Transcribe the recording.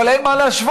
אבל אין מה להשוות.